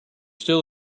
still